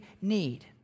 need